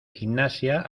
gimnasia